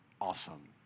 awesome